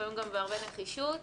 לפעמים גם בהרבה נחישות,